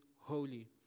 holy